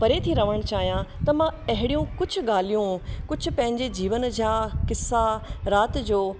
परे थी रहणु चाहियां त मां अहिड़ियूं कुझु ॻाल्हियूं कुझु पंहिंजे जीवन जा क़िसा राति जो